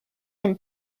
from